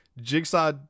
Jigsaw